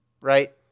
right